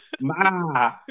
Ma